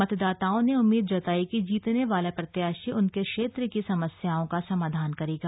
मतदाताओं ने उम्मीद जतायी कि जीतने वाला प्रत्याशी उनके क्षेत्र की समस्याओं का समाधान करेगा